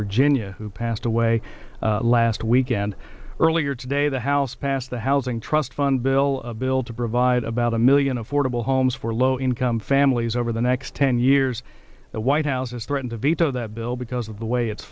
virginia who passed away last weekend earlier today the house passed the housing trust fund bill a bill to provide about a million affordable homes for low income families over the next ten years the white house has threatened to veto that bill because of the way it's